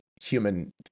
human